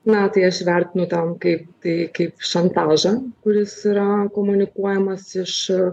na tai aš vertinu ten kaip tai kaip šantažą kuris yra komunikuojamas iš